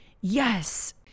Yes